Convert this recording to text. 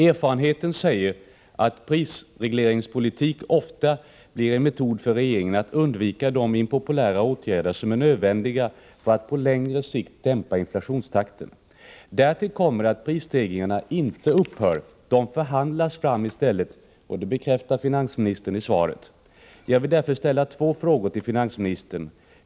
Erfarenheten visar att prisregleringspolitik ofta blir en metod för regeringen att undvika de impopulära åtgärder som är nödvändiga för att på längre sikt dämpa inflationstakten. Därtill kommer att prisstegringarna inte upphör: de förhandlas i stället fram, något som finansministern bekräftar i svaret.